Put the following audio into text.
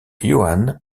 johann